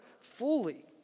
fully